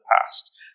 past